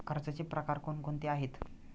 कर्जाचे प्रकार कोणकोणते आहेत?